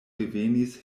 revenis